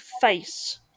face